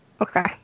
Okay